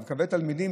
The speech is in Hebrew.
אבל קווי תלמידים,